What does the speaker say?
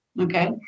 Okay